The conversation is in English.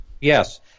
Yes